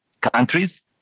countries